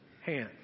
hand